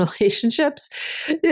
relationships